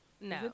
no